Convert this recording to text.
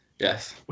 Yes